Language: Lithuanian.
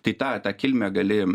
tai tą tą kilmę gali